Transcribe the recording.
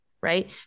right